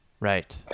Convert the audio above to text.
Right